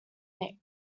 nick